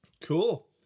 Cool